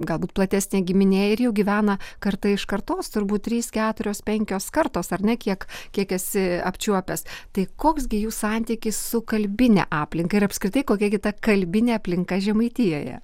galbūt platesnė giminė ir jau gyvena karta iš kartos turbūt trys keturios penkios kartos ar ne tiek kiek esi apčiuopęs tai koks gi jų santykis su kalbine aplinka ir apskritai kokia kita kalbinė aplinka žemaitijoje